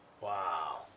Wow